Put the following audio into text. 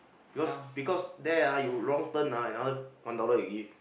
because because there ah you wrong turn ah another one dollar you give